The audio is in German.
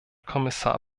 kommissar